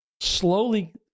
slowly